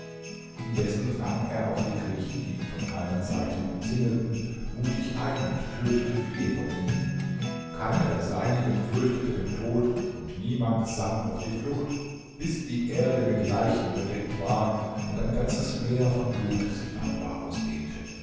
indessen drang er auf die griechen die ihn von allen seiten umzingelten mutig ein und tötete viele von ihnen keiner der seinigen fürchtete den tod und niemand sann auf die flucht bis die erde mit leichen bedeckt war und ein ganzes meer von blut sich darüber ausdehnte